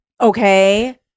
Okay